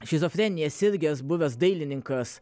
šizofrenija sirgęs buvęs dailininkas